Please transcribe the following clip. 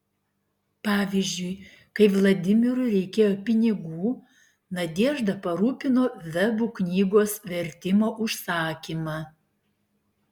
pavyzdžiui kai vladimirui reikėjo pinigų nadežda parūpino vebų knygos vertimo užsakymą